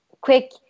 quick